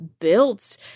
built